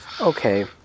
Okay